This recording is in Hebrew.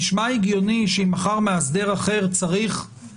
נשמע הגיוני שאם מחר מאסדר אחר צריך